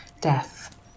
Death